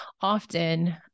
often